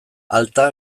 alta